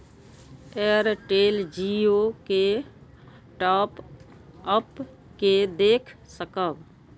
Airtel Jio के top up के देख सकब?